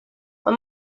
for